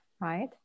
right